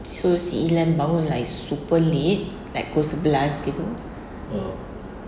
so si ilan bangun like super late like pukul sebelas gitu